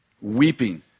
Weeping